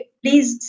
please